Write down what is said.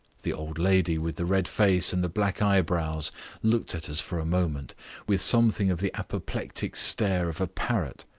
the old lady with the red face and the black eyebrows looked at us for a moment with something of the apoplectic stare of a parrot.